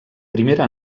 primera